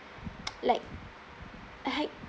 like like